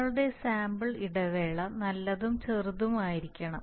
നിങ്ങളുടെ സാമ്പിൾ ഇടവേള നല്ലതും ചെറുതും ആയിരിക്കണം